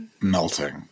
melting